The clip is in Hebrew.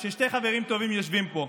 ששני חברים טובים יושבים פה.